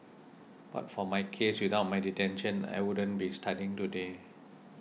but for my case without my detention I wouldn't be studying today